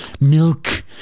Milk